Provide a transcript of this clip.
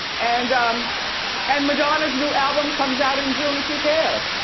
and um and madonna's new album comes out in june, if you care.